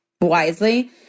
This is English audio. wisely